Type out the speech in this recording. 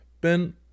Ben